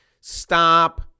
Stop